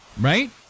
Right